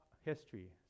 history